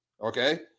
okay